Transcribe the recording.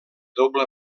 doble